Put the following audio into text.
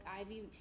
Ivy